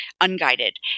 unguided